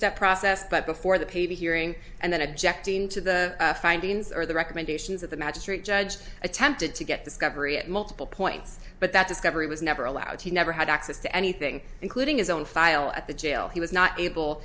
step process but before the pv hearing and then objecting to the findings or the recommendations of the magistrate judge attempted to get discovery at multiple points but that discovery was never allowed he never had access to anything including his own file at the jail he was not able